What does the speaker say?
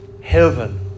heaven